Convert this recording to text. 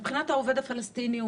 מבחינת העובד הפלסטיני,